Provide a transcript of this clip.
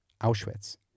Auschwitz